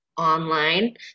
online